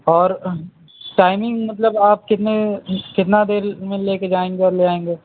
اور ٹائمنگ مطلب آپ کتنے کتنا دیری میں لے کے جائیں گے اور لے آئیں گے